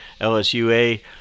LSUA